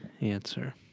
answer